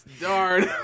Darn